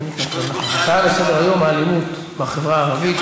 נעבור להצעה לסדר-היום בנושא: האלימות בחברה הערבית,